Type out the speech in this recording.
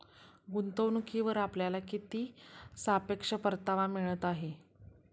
गुंतवणूकीवर आपल्याला किती सापेक्ष परतावा मिळत आहे?